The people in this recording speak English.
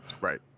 Right